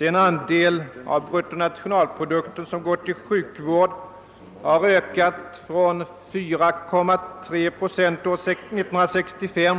Den andel av bruttonationalprodukten som går till sjukvård har ökat från 4,3 procent år 1965